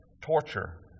Torture